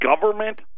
government